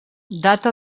data